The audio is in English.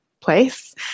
place